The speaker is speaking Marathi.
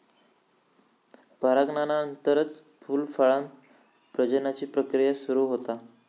परागनानंतरच फूल, फळांत प्रजननाची प्रक्रिया सुरू होता